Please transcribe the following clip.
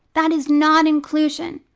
that is not inclusion.